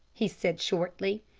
he said shortly.